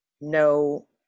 no